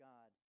God